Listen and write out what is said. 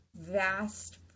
vast